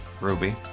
Ruby